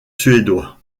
suédois